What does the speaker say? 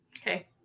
okay